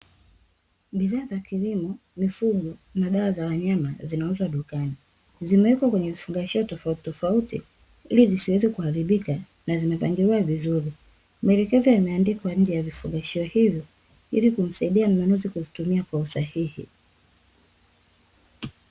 Bidhaa za kilimo, mifugo na dawa za wanyama zinauzwa dukani, zimewekwa kwenye vifungashio tofauti tofauti ili zisiweze kuharibika na zimepangiliwa vizuri. Melekezo yameandikwa nje ya vifungashio hivyo ili kumsaidia mnunuzi kuzitumia kwa usahihi.